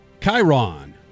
Chiron